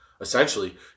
essentially